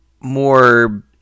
more